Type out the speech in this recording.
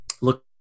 look